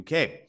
UK